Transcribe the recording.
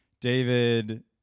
David